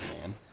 Man